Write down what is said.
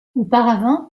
auparavant